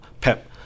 Pep